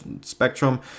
spectrum